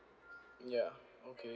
ya okay